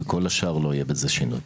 כל השאר לא יהיה בזה שינוי.